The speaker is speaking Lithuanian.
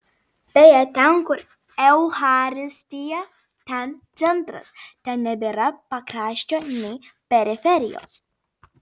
beje ten kur eucharistija ten centras ten nebėra pakraščio nei periferijos